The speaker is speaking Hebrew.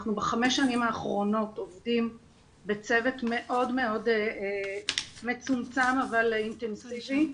אנחנו בחמש שנים האחרונות עובדים בצוות מאוד מצומצם אבל אינטנסיבי.